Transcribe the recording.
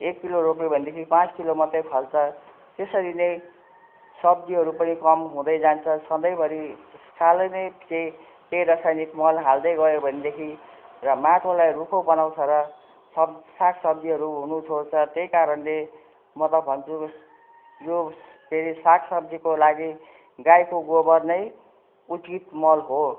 एक किलो रोप्यो भनेदेखि पाँच किलो मात्र फल्छ त्यसरी नै सब्जीहरू पनि कम हुँदै जान्छ सधैँभरि साल नै त्यही रासायनिक मल हाल्दै गयो भनेदेखि र माटोलाई रुखो बनाउँछ र सब्जी साग सब्जीहरू हुनु छोड्छ त्यही कारणले म त भन्छु यो फेरि साग सब्जीको लागि गाईको गोबर नै उचित मल हो